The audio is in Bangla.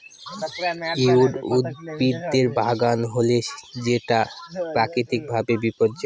উইড উদ্ভিদের বাগানে হলে সেটা প্রাকৃতিক ভাবে বিপর্যয়